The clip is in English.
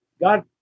God